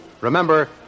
Remember